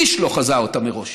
איש לא חזה אותה מראש